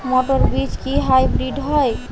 মটর বীজ কি হাইব্রিড হয়?